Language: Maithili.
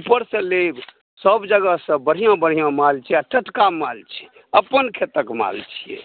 ऊपरसँ लेब सभजगहसे बढ़िआँ बढ़िआँ माल छै आ टटका माल छै अपन खेतक माल छियै